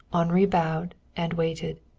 henri bowed and waited.